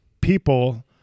people